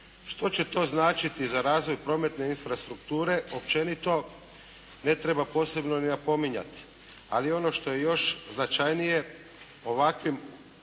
Što će to značiti za razvoj prometne infrastrukture općenito ne treba posebno ni napominjati, ali ono što je još značajnije ovakvim